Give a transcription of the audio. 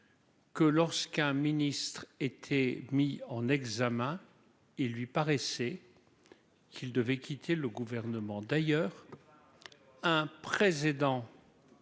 que lorsqu'un ministre était mis en examen et lui paraissait qu'il devait quitter le gouvernement d'ailleurs un président,